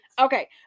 Okay